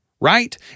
Right